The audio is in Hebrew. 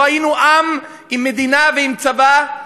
לא היינו עם עִם מדינה ועם צבא.